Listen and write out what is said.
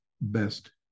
best